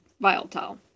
volatile